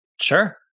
Sure